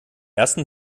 ersten